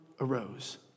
arose